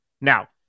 Now